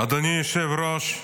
אדוני היושב-ראש,